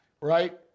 right